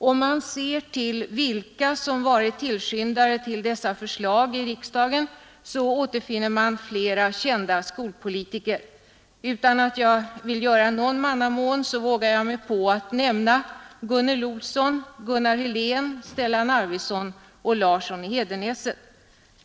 Om man ser vilka som varit tillskyndare till dessa förslag i riksdagen, så återfinner man flera kända skolpolitiker. Utan att jag vill göra någon mannamån vågar jag mig på att nämna Gunnel Olsson, Gunnar Helén, Stellan Arvidson och Larsson i Hedenäset.